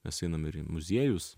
mes einam ir muziejus